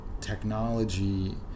technology